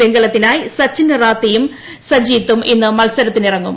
വെങ്കലത്തിനായി സച്ചിൻ റാത്തിയും സജ്ജീത്തും ഇന്ന് മത്സരത്തിനിറങ്ങും